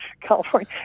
California